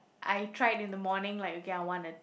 I tried in the morning like okay I wanna